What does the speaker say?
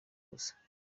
gusa